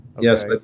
yes